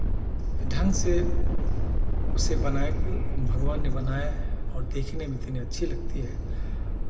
ढंग से उसे बनाया भगवान ने बनाया है और देखने में इतनी अच्छी लगती है